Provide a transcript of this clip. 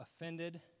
offended